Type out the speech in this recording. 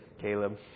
Caleb